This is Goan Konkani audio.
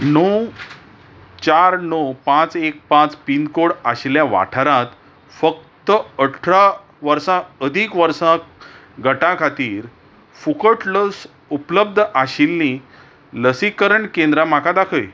णव चार णव पांच एक पांच पिनकोड आशिल्ल्या वाठारांत फकत अठरा वर्सां अदीक वर्सां गटा खातीर फुकट लस उपलब्ध आशिल्लीं लसीकरण केंद्रां म्हाका दाखय